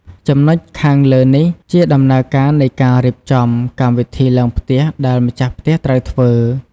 ចំណុចខាងលើនេះ ជាដំណើរការនៃការរៀបចំ កម្មវិធីឡើងផ្ទះដែលម្ចាស់ផ្ទះត្រូវធ្វើ។